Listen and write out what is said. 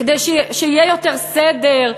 כדי שיהיה יותר סדר,